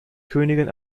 königin